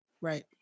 right